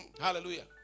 Hallelujah